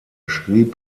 schrieb